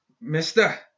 Mister